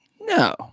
No